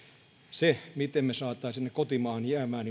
se miten me saisimme ne kotimaahan jäämään